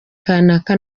kanaka